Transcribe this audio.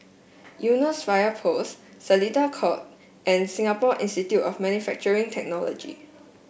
Eunos Fire Post Seletar Court and Singapore Institute of Manufacturing Technology